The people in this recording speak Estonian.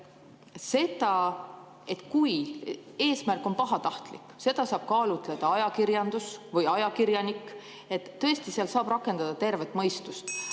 Seda, et eesmärk on pahatahtlik, saab kaalutleda ajakirjandus või ajakirjanik. Tõesti, seal saab rakendada tervet mõistust.